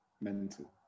Mental